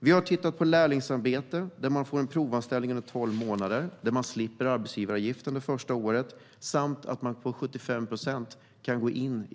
Vi har tittat på lärlingsarbete där man får en provanställning inom tolv månader, slipper arbetsgivaravgiften det första året samt kan gå in i det första jobbet på 75 procent av ingångslönen.